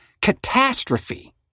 Catastrophe